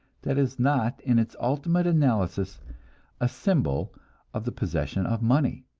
that is not in its ultimate analysis a symbol of the possession of money.